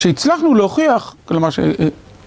כשהצלחנו להוכיח, כלומר ש...